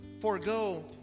forego